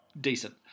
Decent